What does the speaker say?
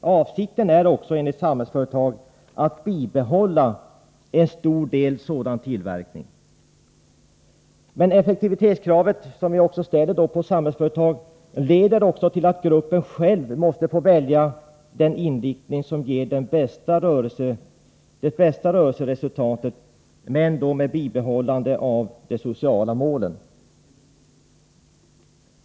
Avsikten är också — enligt Samhällsföretag — att bibehålla en stor del sådan tillverkning. Men det effektivitetskrav som vi ställer på Samhällsföretag leder också till att gruppen själv måste få välja den inriktning som ger det bästa rörelseresultatet, men med bibehållande av de sociala målen.